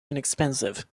inexpensive